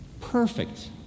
Perfect